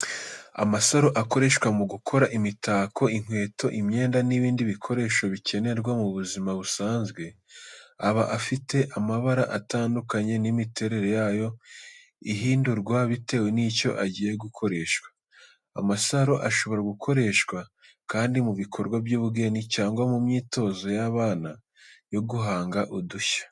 Amasaro akoreshwa mu gukora imitako, inkweto, imyenda, n'ibindi bikoresho bikenerwa mu buzima busanzwe. Aba afite amabara atandukanye, n'imiterere yayo ihindurwa bitewe n'icyo agiye gukoreshwa. Amasaro ashobora gukoreshwa kandi mu bikorwa by'ubugeni cyangwa mu myitozo y'abana yo guhanga udushya.